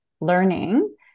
learning